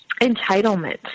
entitlement